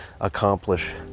accomplish